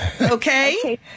Okay